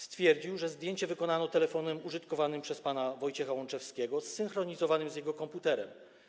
Stwierdził, że zdjęcie wykonano telefonem użytkowanym przez pana Wojciecha Łączewskiego, zsynchronizowanym z jego komputerem.